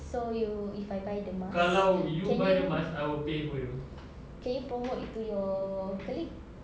so you if I buy the mask can you can you promote to your colleague